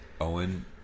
Owen